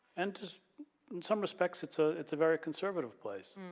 and in some respects it's ah it's a very conservative place.